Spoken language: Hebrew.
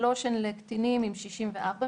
שלוש לקטינים עם 64 מיטות.